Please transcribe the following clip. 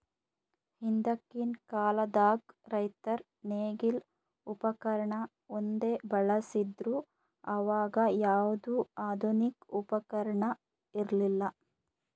ಹಿಂದಕ್ಕಿನ್ ಕಾಲದಾಗ್ ರೈತರ್ ನೇಗಿಲ್ ಉಪಕರ್ಣ ಒಂದೇ ಬಳಸ್ತಿದ್ರು ಅವಾಗ ಯಾವ್ದು ಆಧುನಿಕ್ ಉಪಕರ್ಣ ಇರ್ಲಿಲ್ಲಾ